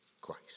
Christ